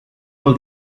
all